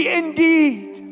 indeed